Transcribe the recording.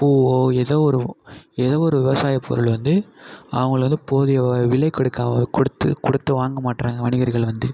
பூவோ ஏதோ ஒரு ஏதோ ஒரு விவசாய பொருள் வந்து அவங்களை வந்து போதிய விலை கொடுக்காம கொடுத்து கொடுத்து வாங்கமாட்டேறாங்க வணிகர்கள் வந்து